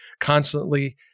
constantly